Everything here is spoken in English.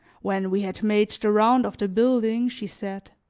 when we had made the round of the building she said